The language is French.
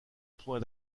points